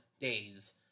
Days